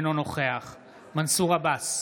אינו נוכח מנסור עבאס,